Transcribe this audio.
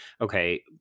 okay